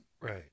Right